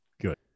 Good